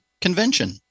convention